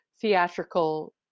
theatrical